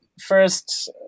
first